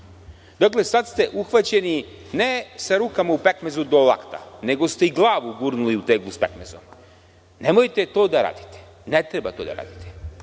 DS.Dakle, sad ste uhvaćeni ne sa rukama u pekmezu do lakata, nego ste i glavu gurnuli u teglu s pekmezom. Nemojte to da radite. Ne treba to da radite.